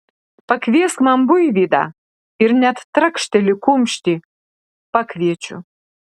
pakviesk man buivydą ir net trakšteli kumštį pakviečiu